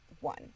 one